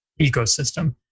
ecosystem